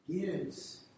gives